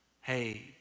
hey